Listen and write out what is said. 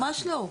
ממש לא.